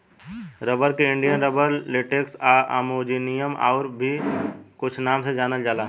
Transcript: rubber के Indian rubber, latex आ Amazonian आउर भी कुछ नाम से जानल जाला